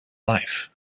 life